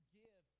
give